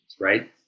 right